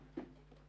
בוקר טוב.